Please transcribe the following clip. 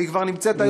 והיא כבר נמצאת היום,